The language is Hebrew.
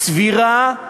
סבירה,